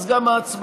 אז גם ההצבעה,